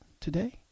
today